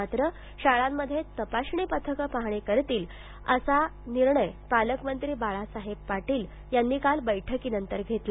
मात्रस शाळांमध्ये तपासणी पथकं पाहणी करतील असा निर्णय पालकमंत्री बाळासाहेब पाटील यांनी काल बैठकीनंतर घेतला